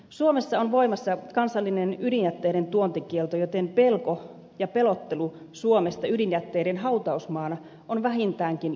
suomessa on voimassa kansallinen ydinjätteiden tuontikielto joten pelko ja pelottelu suomesta ydinjätteiden hautausmaana on vähintäänkin liioiteltua